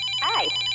Hi